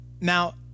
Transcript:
Now